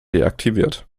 deaktiviert